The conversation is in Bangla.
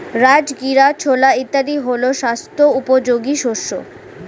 রাজগীরা, ছোলা ইত্যাদি হল স্বাস্থ্য উপযোগী শস্য